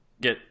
get